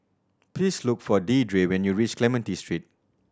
please look for Deidre when you reach Clementi Street